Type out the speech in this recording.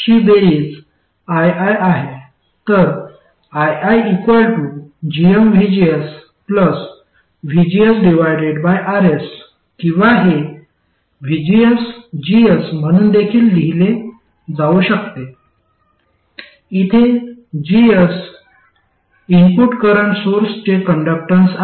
तर ii gmvgsvgsRs किंवा हे vgsGs म्हणून देखील लिहिले जाऊ शकते इथे GS इनपुट करंट सोर्सचे कंडक्टन्स आहे